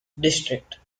district